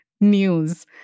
news